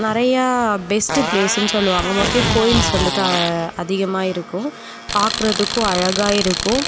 நிறையா பெஸ்ட்டு ப்ளேஸ்னு சொல்லுவாங்க மோஸ்ட்லி கோயில்ஸ் வந்துட்டு அதிகமாக இருக்கும் பார்க்குறதுக்கும் அழகா இருக்கும்